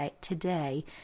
today